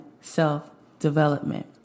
self-development